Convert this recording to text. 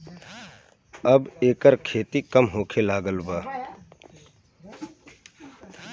अब एकर खेती कम होखे लागल बा